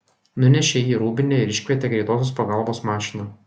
nunešė jį į rūbinę ir iškvietė greitosios pagalbos mašiną